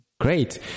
Great